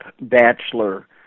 bachelor